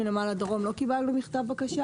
מנמל הדרום לא קיבלנו בקשה.